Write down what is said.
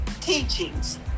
teachings